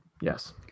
yes